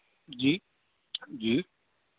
जी जी